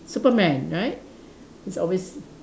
Superman right he's always